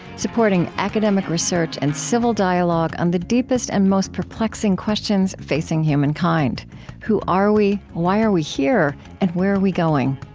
supporting academic research and civil dialogue on the deepest and most perplexing questions facing humankind who are we? why are we here? and where are we going?